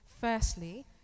Firstly